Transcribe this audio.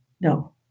No